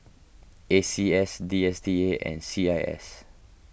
A C S D S T A and C I S